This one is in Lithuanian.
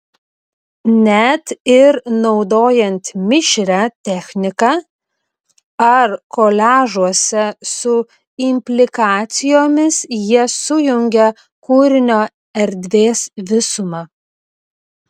net ir naudojant mišrią techniką ar koliažuose su implikacijomis jie sujungia kūrinio erdvės visumą